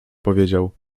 powiedział